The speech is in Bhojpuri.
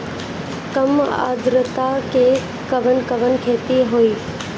कम आद्रता में कवन कवन खेती होई?